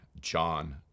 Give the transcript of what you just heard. John